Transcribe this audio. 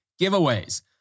giveaways